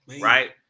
right